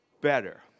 better